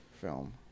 film